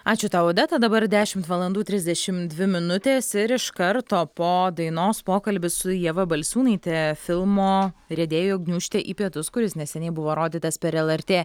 ačiū tau odeta dabar dešimt valandų trisdešimt dvi minutės ir iš karto po dainos pokalbis su ieva balsiūnaite filmo riedėjo gniūžtė į pietus kuris neseniai buvo rodytas per lrt